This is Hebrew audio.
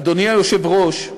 אדוני היושב-ראש,